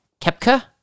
kepka